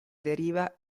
deriva